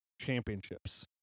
championships